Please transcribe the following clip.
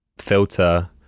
filter